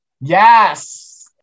Yes